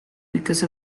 because